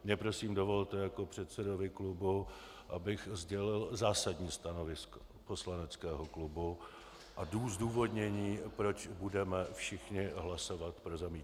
Mně prosím dovolte jako předsedovi klubu, abych sdělil zásadní stanovisko poslaneckého klubu a zdůvodnění, proč budeme všichni hlasovat pro zamítnutí.